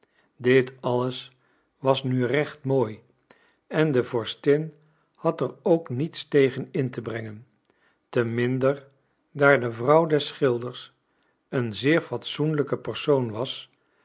dit alles was nu recht mooi en de vorstin had er ook niets tegen in te brengen te minder daar de vrouw des schilders een zeer fatsoenlijke persoon was